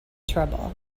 trouble